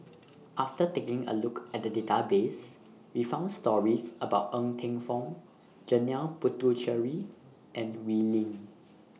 after taking A Look At The Database We found stories about Ng Teng Fong Janil Puthucheary and Wee Lin